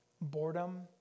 boredom